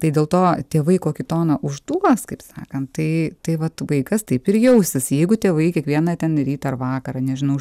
tai dėl to tėvai kokį toną užduos kaip sakant tai tai vat vaikas taip ir jausis jeigu tėvai kiekvieną ten rytą ar vakarą nežinau